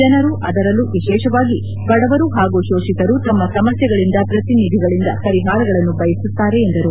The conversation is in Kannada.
ಜನರು ಅದರಲ್ಲೂ ವಿಶೇಷವಾಗಿ ಬಡವರು ಹಾಗೂ ಶೋಷಿತರು ತಮ್ಮ ಸಮಸ್ಯೆಗಳಿಂದ ಪ್ರತಿನಿಧಿಗಳಿಂದ ಪರಿಹಾರಗಳನ್ನು ಬಯಸುತ್ತಾರೆ ಎಂದರು